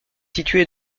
située